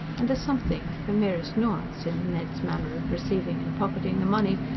and a something, the merest nuance in ned's manner of receiving and pocketing the money,